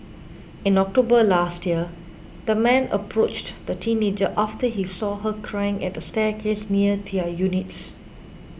in October last year the man approached the teenager after he saw her crying at a staircase near their units